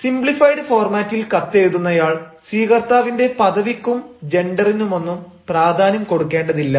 simplified ഫോർമാറ്റിൽ കത്തെഴുതുന്നയാൾ സ്വീകർത്താവിൻറെ പദവിക്കും ജെൻഡറിനുമൊന്നും പ്രാധാന്യം കൊടുക്കേണ്ടതില്ല